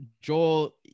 Joel